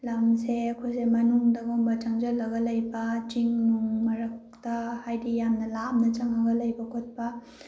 ꯂꯝꯁꯦ ꯑꯩꯈꯣꯏꯁꯦ ꯃꯅꯨꯡꯗ ꯒꯨꯝꯕ ꯆꯪꯁꯤꯟꯂꯒ ꯂꯩꯕ ꯆꯤꯡ ꯅꯨꯡ ꯃꯔꯛꯇ ꯍꯥꯏꯗꯤ ꯌꯥꯝꯅ ꯂꯥꯞꯅ ꯆꯪꯉꯒ ꯂꯩꯕ ꯈꯣꯠꯄ